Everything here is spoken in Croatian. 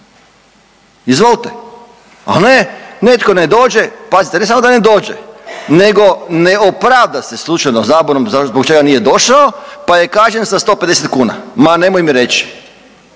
Izvolite. A ne netko ne dođe pazite ne samo da ne dođe, nego ne opravda se slučajno zabunom zašto, zbog čega nije došao pa je kažnjen 150 kuna. Ma nemoj mi reći.